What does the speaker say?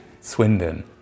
Swindon